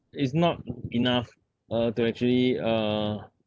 is not enough uh to actually uh